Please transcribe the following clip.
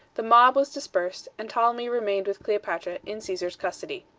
the mob was dispersed, and ptolemy remained with cleopatra in caesar's custody.